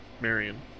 Marion